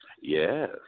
Yes